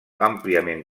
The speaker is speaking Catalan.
àmpliament